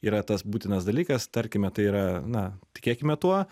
yra tas būtinas dalykas tarkime tai yra na tikėkime tuo